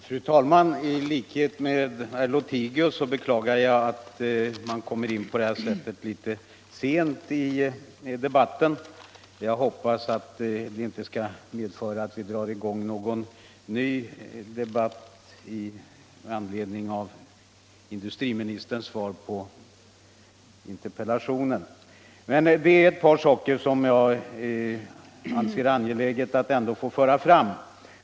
Fru talman! I likhet med herr Lothigius beklagar jag att jag kommer sent in i debatten. Jag hoppas att vad jag säger inte skall medföra att vi drar i gång någon ny debatt i anledning av industriministerns svar på interpellationen, men det är ändå ett par saker som jag anser det angeläget att få föra fram.